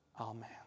Amen